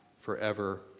forever